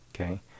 okay